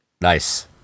Nice